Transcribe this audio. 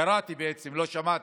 קראתי בעצם, לא שמעתי,